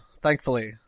thankfully